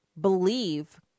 believe